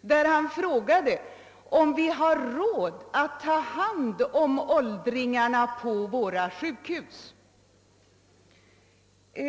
kan vara betecknande för situationen. Han frågade om vi har råd att ta hand om de hopplösa fallen av åldringarna på våra sjukhus.